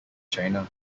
china